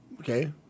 okay